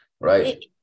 right